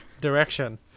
direction